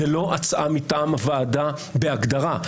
זאת לא הצעה מטעם הוועדה בהגדרה.